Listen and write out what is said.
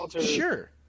Sure